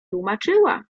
tłumaczyła